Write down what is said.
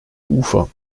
ufer